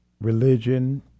religion